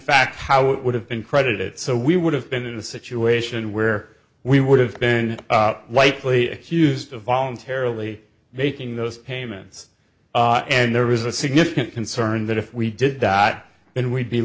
fact how it would have been credited so we would have been in a situation where we would have been likely accused of voluntarily making those payments and there is a significant concern that if we did that then we'd be